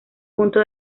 punto